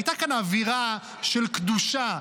הייתה כאן אווירה של קדושה,